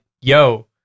yo